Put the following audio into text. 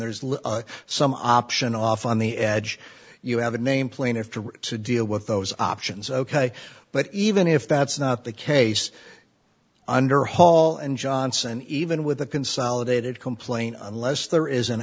there's some option off on the edge you have a name plaintiff to to deal with those options ok but even if that's not the case under hall and johnson even with a consolidated complaint unless there is an